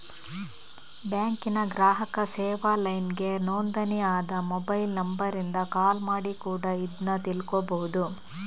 ಬ್ಯಾಂಕಿನ ಗ್ರಾಹಕ ಸೇವಾ ಲೈನ್ಗೆ ನೋಂದಣಿ ಆದ ಮೊಬೈಲ್ ನಂಬರಿಂದ ಕಾಲ್ ಮಾಡಿ ಕೂಡಾ ಇದ್ನ ತಿಳ್ಕೋಬಹುದು